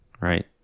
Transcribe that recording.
right